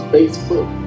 Facebook